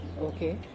Okay